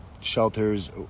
shelters